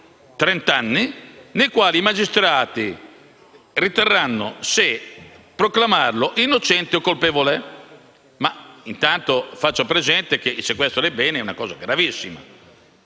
trent'anni nei quali i magistrati riterranno se proclamarlo innocente o colpevole. Intanto faccio presente che il sequestro dei beni è un fatto gravissimo,